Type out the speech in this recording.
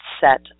set